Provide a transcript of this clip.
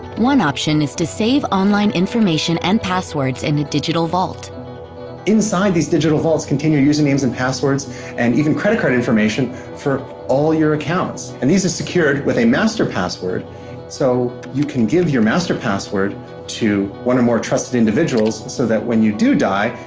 one option is to save online information and passwords in a digital vault inside these digital vaults contain your usernames and passwords and even credit card information for all your accounts and these are secured with a master password so you can give your master password to one or more trusted individuals so that when you do die,